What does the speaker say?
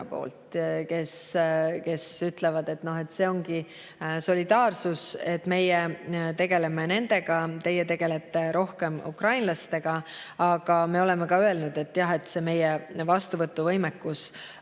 kes ütlevad, et see ongi solidaarsus: meie tegeleme nendega, teie tegelege rohkem ukrainlastega. Me oleme ka öelnud, et meie vastuvõtuvõimekus